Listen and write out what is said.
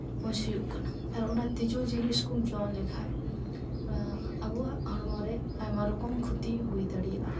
ᱢᱚᱡᱽ ᱦᱩᱭᱩᱜ ᱠᱟᱱᱟ ᱟᱨ ᱚᱱᱟ ᱛᱤᱸᱡᱩ ᱡᱤᱱᱤᱥ ᱠᱚᱢ ᱡᱚᱢ ᱞᱮᱠᱷᱟᱡ ᱟᱵᱚᱣᱟᱜ ᱦᱚᱲᱢᱚ ᱨᱮ ᱟᱭᱢᱟ ᱨᱚᱠᱚᱢ ᱠᱷᱚᱛᱤ ᱦᱩᱭ ᱫᱟᱲᱮᱭᱟᱜᱼᱟ